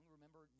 Remember